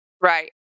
Right